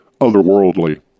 otherworldly